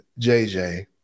JJ